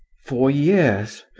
four years!